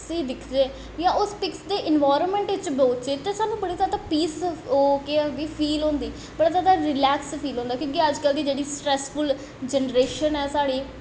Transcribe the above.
दिखगे जां उस पिक्स दे इन्वाईरमैंट च बौह्ते च केह् आखदे पीस फील होंदी बड़ा जादा रलैक्स फील होंदा क्योंकि अज्ज कल दी जेह्ड़ा स्ट्रैसफुल्ल जनरेशन ऐ साढ़ी